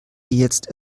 jetzt